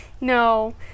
No